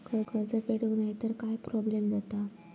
कर्ज फेडूक नाय तर काय प्रोब्लेम जाता?